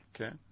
Okay